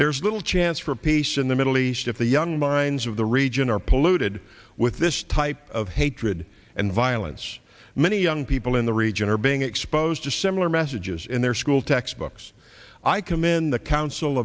there is little chance for peace in the middle east if the young minds of the region are polluted with this type of hatred and violence many young people in the region are being exposed to similar messages in their school textbooks i commend the council